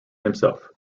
himself